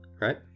right